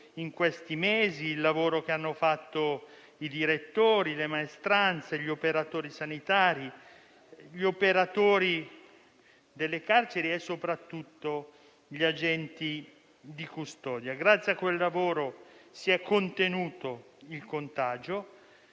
in questi mesi dai direttori, dalle maestranze, dagli operatori sanitari, dagli operatori delle carceri e soprattutto dagli agenti di custodia. Grazie a quel lavoro si è contenuto il contagio,